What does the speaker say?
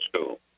school